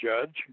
judge